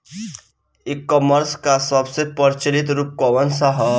ई कॉमर्स क सबसे प्रचलित रूप कवन सा ह?